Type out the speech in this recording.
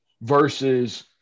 versus